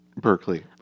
Berkeley